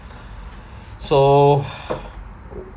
so